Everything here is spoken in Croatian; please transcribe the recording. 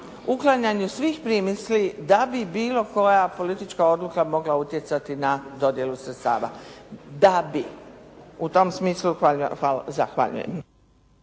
uklanjanju svih primisli da bi bilo koja politička odluka mogla utjecati na dodjelu sredstava. Da bi. U tom smislu, zahvaljujem.